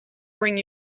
bring